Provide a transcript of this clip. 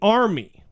army